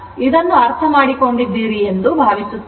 ಇದನ್ನು ಅರ್ಥಮಾಡಿಕೊಂಡಿದ್ದೀರಿ ಎಂದು ಭಾವಿಸುತ್ತೇನೆ